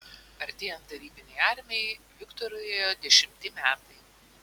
artėjant tarybinei armijai viktorui ėjo dešimti metai